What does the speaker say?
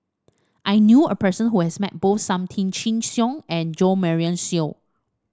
I knew a person who has met both Sam Tan Chin Siong and Jo Marion Seow